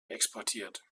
exportiert